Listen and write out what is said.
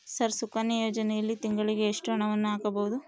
Sir Sukanya ಯೋಜನೆಯಲ್ಲಿ ತಿಂಗಳಿಗೆ ಎಷ್ಟು ಹಣವನ್ನು ಹಾಕಬಹುದು?